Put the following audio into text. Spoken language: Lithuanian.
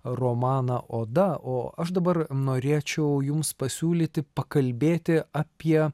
romaną oda o aš dabar norėčiau jums pasiūlyti pakalbėti apie